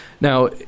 Now